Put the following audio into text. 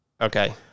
Okay